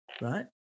Right